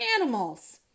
animals